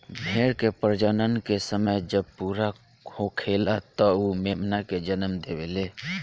भेड़ के प्रजनन के समय जब पूरा होखेला त उ मेमना के जनम देवेले